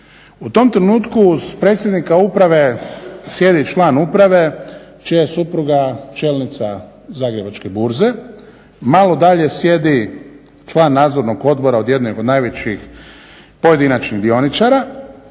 U tom trenutku uz predsjednika uprave sjedi član uprave čija je supruga čelnica Zagrebačke burze. Malo dalje sjedi član Nadzornog odbora od jedne od najvećih pojedinačnih dioničara,